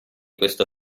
questo